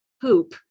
poop